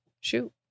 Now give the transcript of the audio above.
shoot